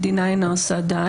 זה לא שהמדינה אינה עושה די,